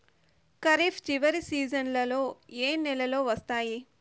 ఖరీఫ్ చివరి సీజన్లలో ఏ నెలలు వస్తాయి?